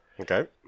Okay